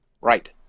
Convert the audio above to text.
Right